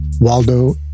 Waldo